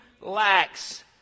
lacks